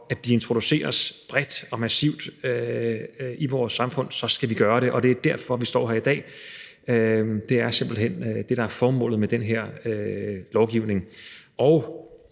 at de introduceres bredt og massivt i vores samfund, skal vi gøre det, og det er derfor, vi står her i dag. Det er simpelt hen det, der er formålet med den her lovgivning.